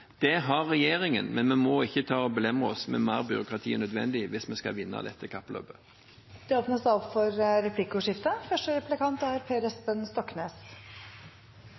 Det har regjeringen, men vi må ikke belemre oss med mer byråkrati enn nødvendig hvis vi skal vinne dette kappløpet. Det blir replikkordskifte. Jeg noterte noen ord fra statsrådens innledning, hvor det nevnes: Man skal ikke ha noen oppskrift, den er